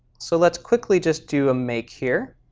so let's quickly just do a make here.